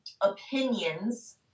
opinions